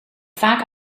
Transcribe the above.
vaak